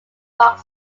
rock